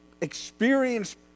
experienced